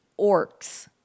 orcs